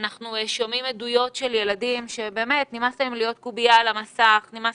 אנחנו שומעים עדויות של ילדים שבאמת נמאס להם להיות קובייה על המסך ונמאס